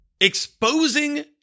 exposing